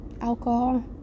Alcohol